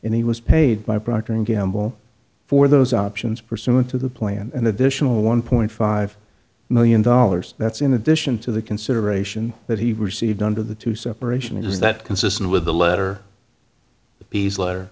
and he was paid by procter and gamble for those options pursuant to the plan an additional one point five million dollars that's in addition to the consideration that he received under the two separation is that consistent with the letter p's letter